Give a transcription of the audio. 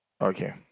Okay